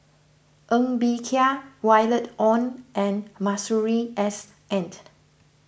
Ng Bee Kia Violet Oon and Masuri S end